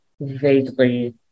vaguely